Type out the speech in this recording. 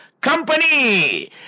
Company